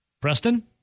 Preston